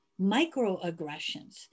microaggressions